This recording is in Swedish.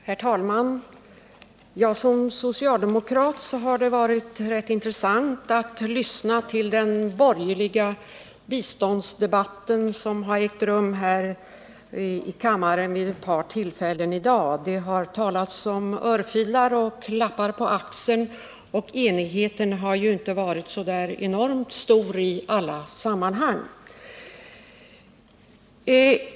Herr talman! För en socialdemokrat har det varit rätt intressant att lyssna till den borgerliga biståndsdebatt som har ägt rum här i kammaren vid ett par tillfällen i dag. Det har talats om örfilar och klappar på axeln, och enigheten har inte varit så där enormt stor i alla sammanhang.